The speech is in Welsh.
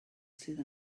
sydd